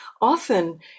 Often